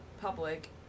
public